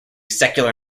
secular